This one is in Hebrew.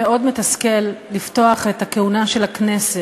מאוד מתסכל לפתוח את הכהונה של הכנסת,